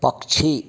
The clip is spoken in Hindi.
पक्षी